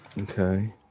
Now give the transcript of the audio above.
Okay